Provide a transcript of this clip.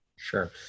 Sure